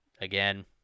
again